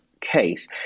case